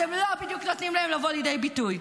אתם לא בדיוק נותנים להם לבוא לידי ביטוי.